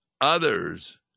others